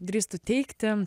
drįstu teigti